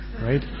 right